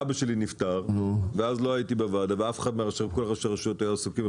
אבא שלי נפטר ואז לא הייתי בוועדה וכל ראשי הרשויות היו עסוקים.